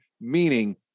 meaning